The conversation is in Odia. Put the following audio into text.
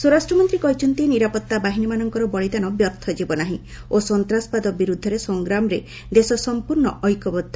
ସ୍ୱରାଷ୍ଟ୍ର ମନ୍ତ୍ରୀ କହିଛନ୍ତି ନିରାପତ୍ତା ବାହିନୀମାନଙ୍କର ବଳିଦାନ ବ୍ୟର୍ଥ ଯିବ ନାହିଁ ଓ ସନ୍ତାସବାଦ ବିରୁଦ୍ଧରେ ସଂଗ୍ରାମରେ ଦେଶ ସଂପର୍ଣ୍ଣ ଐକ୍ୟବଦ୍ଧ